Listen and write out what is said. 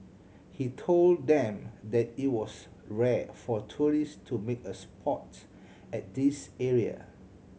he told them that it was rare for tourist to make a spot at this area